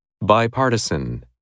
Bipartisan